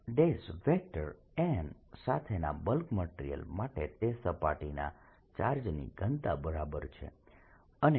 n સાથેના bulk material માટે તે સપાટીના ચાર્જની ઘનતા બરાબર છે